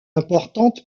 importante